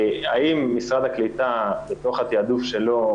האם משרד הקליטה בתוך התעדוף שלו,